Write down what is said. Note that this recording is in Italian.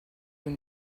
del